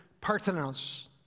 parthenos